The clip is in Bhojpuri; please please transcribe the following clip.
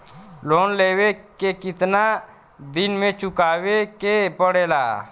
लोन लेवे के कितना दिन मे चुकावे के पड़ेला?